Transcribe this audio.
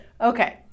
Okay